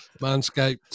Manscaped